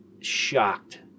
shocked